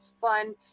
fun